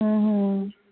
ও ও